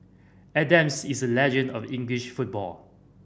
Adams is a legend of English football